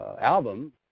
album